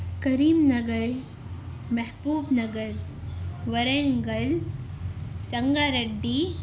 کریم Nagar Mahabubnagar Warangal Sangareddy